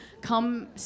come